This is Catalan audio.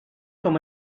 com